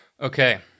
okay